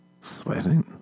sweating